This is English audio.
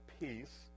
peace